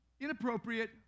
inappropriate